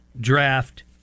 draft